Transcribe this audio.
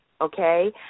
okay